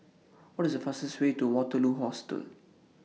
What IS The fastest Way to Waterloo Hostel